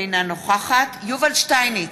אינה נוכחת יובל שטייניץ,